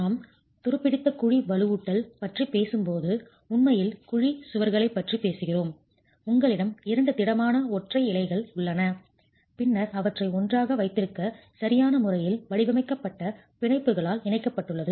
நாம் துருப்பிடித்த குழி வலுவூட்டல் பற்றி பேசும்போது உண்மையில் குழி சுவர்களைப் பற்றி பேசுகிறோம் உங்களிடம் 2 திடமான ஒற்றை இலைகள் உள்ளன பின்னர் அவற்றை ஒன்றாக வைத்திருக்க சரியான முறையில் வடிவமைக்கப்பட்ட பிணைப்புகளால் இணைக்கப்பட்டுள்ளது